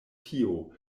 tio